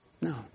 No